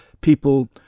people